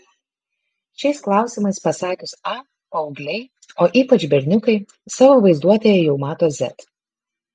šiais klausimais pasakius a paaugliai o ypač berniukai savo vaizduotėje jau mato z